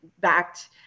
backed